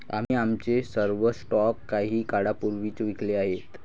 आम्ही आमचे सर्व स्टॉक काही काळापूर्वीच विकले आहेत